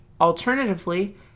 alternatively